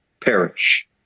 Perish